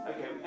Okay